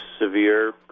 severe